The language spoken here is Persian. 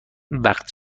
وقت